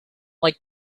like